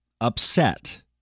Upset